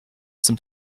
some